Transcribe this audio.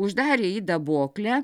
uždarė jį į daboklę